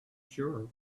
sure